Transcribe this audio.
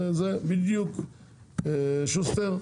בדיוק, שוסטר?